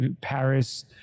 Paris